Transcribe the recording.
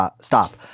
Stop